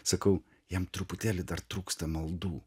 sakau jam truputėlį dar trūksta maldų